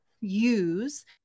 use